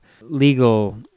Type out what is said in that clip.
legal